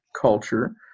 culture